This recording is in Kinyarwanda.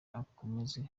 akomeze